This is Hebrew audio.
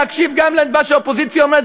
להקשיב גם למה שהאופוזיציה אומרת,